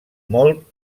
molt